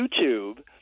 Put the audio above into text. YouTube